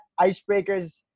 icebreakers